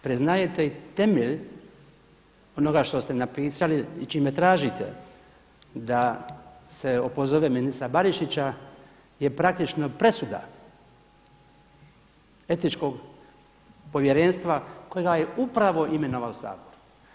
Priznajete i temelj onoga što ste napisali i čime tražite da se opozove ministra Barišića je praktično presuda Etičkog povjerenstva kojega je upravo imenovao Sabor.